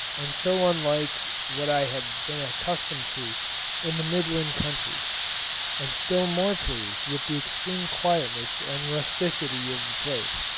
and so unlike what i had been accustomed to in the midland counties and still more pleased with the extreme quietness and rusticity of the place.